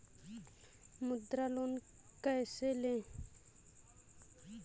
मुद्रा लोन कैसे ले?